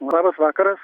labas vakaras